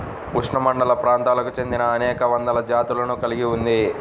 ఉష్ణమండలప్రాంతాలకు చెందినఅనేక వందల జాతులను కలిగి ఉంది